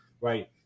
right